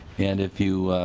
and if you